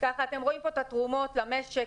כאן אתם רואים את התרומות למשק.